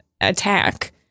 attack